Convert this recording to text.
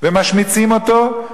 ומשמיצים אותו,